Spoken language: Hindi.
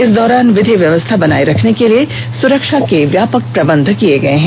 इस दौरान विधि व्यवस्था बनाए रखने के लिए सुरक्षा के व्यापक प्रबंध किये गए है